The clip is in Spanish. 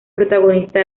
protagonista